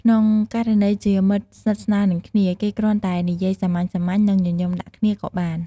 ក្នុងករណីជាមិត្តស្និទ្ធស្នាលនឹងគ្នា គេគ្រាន់តែនិយាយសាមញ្ញៗ និងញញឹមដាក់គ្នាក៏បាន។